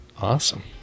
Awesome